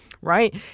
right